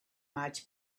might